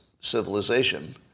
civilization